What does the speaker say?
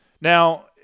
Now